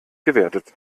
gewertet